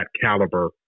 caliber